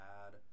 add